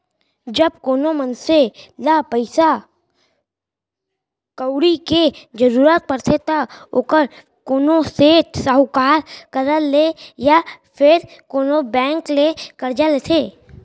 जब कोनो मनसे ल पइसा कउड़ी के जरूरत परथे त ओहर कोनो सेठ, साहूकार करा ले या फेर कोनो बेंक ले करजा लेथे